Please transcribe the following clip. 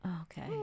Okay